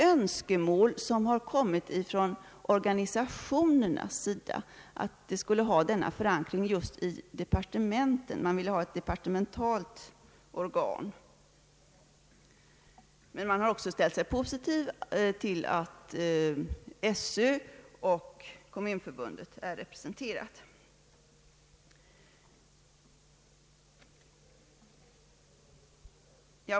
Önskemålet om att rådet skulle få förankring i departementen har kommit från ungdomsorganisationerna. Dessa har också ställt sig positiva till att skolöverstyrelsen och Kommunförbundet är representerade.